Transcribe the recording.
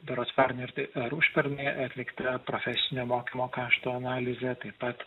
berods pernai ar tai ar užpernai atlikta profesinio mokymo kaštų analizė taip pat